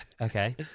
Okay